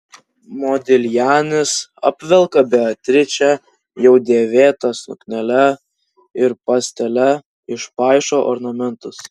modiljanis apvelka beatričę jau dėvėta suknele ir pastele išpaišo ornamentus